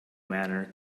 manner